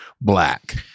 black